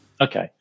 Okay